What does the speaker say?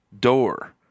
door